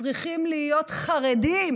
צריכים להיות חרדים